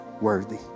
worthy